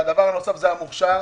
הדבר הנוסף זה המוכש"ר,